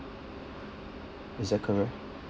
is that correct